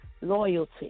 loyalty